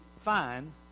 fine